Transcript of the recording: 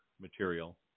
material